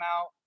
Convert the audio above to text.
out